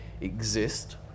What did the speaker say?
exist